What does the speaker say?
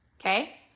okay